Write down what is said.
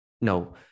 no